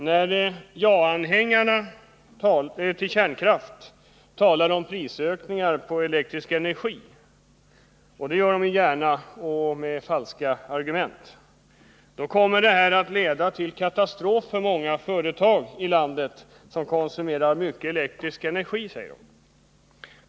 När ja-anhängarna till kärnkraft talar om prisökningar på elektrisk energi — och det gör de gärna och med falska argument — kommer det att leda till katastrof för många företag i landet som konsumerar mycket elektrisk energi, heter det.